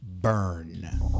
Burn